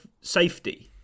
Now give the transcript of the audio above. safety